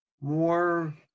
more